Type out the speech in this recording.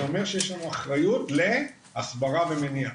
זה אומר שיש לנו אחריות להסברה ומניעה.